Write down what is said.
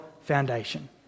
foundation